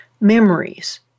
memories